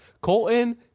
Colton